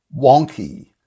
wonky